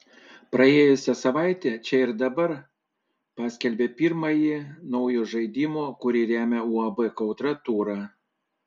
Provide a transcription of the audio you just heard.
praėjusią savaitę čia ir dabar paskelbė pirmąjį naujo žaidimo kurį remia uab kautra turą